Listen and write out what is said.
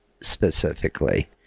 specifically